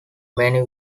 many